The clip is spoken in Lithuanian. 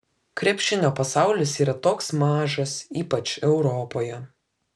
krepšinio pasaulis yra toks mažas ypač europoje